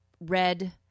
red